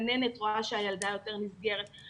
הגננת רואה שהילדה יותר נסגרת,